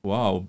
Wow